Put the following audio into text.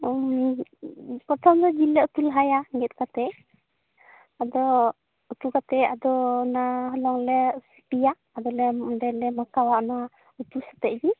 ᱯᱨᱚᱛᱷᱚᱢ ᱫᱚ ᱡᱤᱞ ᱞᱮ ᱩᱛᱩ ᱞᱟᱦᱟᱭᱟ ᱜᱮᱫᱽ ᱠᱟᱛᱮᱫ ᱟᱫᱚ ᱩᱛᱩ ᱠᱟᱛᱮᱫ ᱚᱱᱟ ᱦᱚᱞᱚᱝ ᱞᱮ ᱥᱤᱯᱤᱭᱟ ᱟᱫᱚ ᱞᱮ ᱚᱸᱰᱮ ᱦᱚᱞᱚᱝ ᱢᱟᱠᱷᱟᱣᱟ ᱚᱱᱟ ᱩᱛᱩ ᱥᱟᱣᱛᱮᱜᱮ